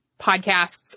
podcasts